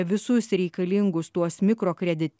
visus reikalingus tuos mikrokredit